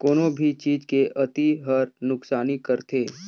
कोनो भी चीज के अती हर नुकसानी करथे